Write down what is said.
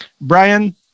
Brian